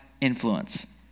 influence